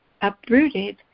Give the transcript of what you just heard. uprooted